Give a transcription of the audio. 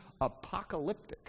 apocalyptic